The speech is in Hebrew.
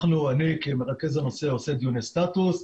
אנחנו, אני כמרכז הנושא עושה דיוני סטטוס.